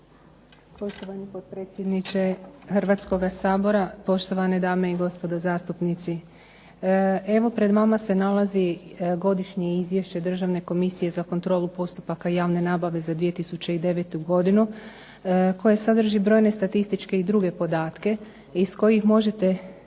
Poštovani potpredsjedniče Hrvatskoga sabora. Poštovane dame i gospodo zastupnici. Evo pred vama se nalazi Godišnje izvješće Državne komisije za kontrolu postupaka javne nabave za 2009. godinu koje sadrži brojne statističke i druge podatke iz kojih možete saznati